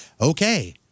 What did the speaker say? okay